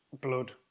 blood